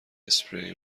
اسپری